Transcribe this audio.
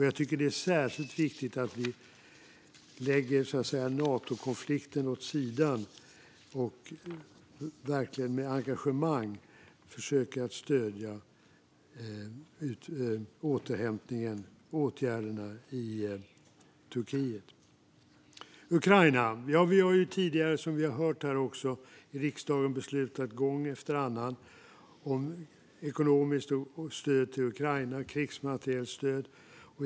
Jag tycker att det är särskilt viktigt att vi lägger Natokonflikten åt sidan och med engagemang försöker stödja återhämtningen och åtgärderna i Turkiet. Över till Ukraina: Vi har tidigare, som vi också har hört här, i riksdagen beslutat gång efter annan om ekonomiskt stöd och krigsmaterielstöd till Ukraina.